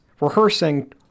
rehearsing